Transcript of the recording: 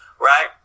right